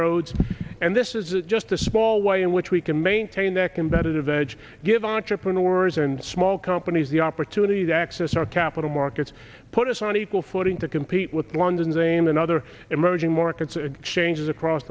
roads and this is just a small way in which we can maintain that competitive edge give entrepreneurs and small companies the opportunity to access our capital markets put us on equal footing to compete with london zain and other emerging markets changes across